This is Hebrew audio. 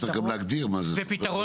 צריך גם להגדיר מה זה שוכר ותיק.